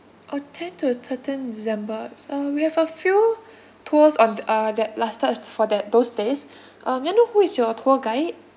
uh ten to thirteen december uh we have a few tours on uh that lasted for that those days uh may I know who is your tour guide